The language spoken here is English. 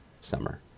summer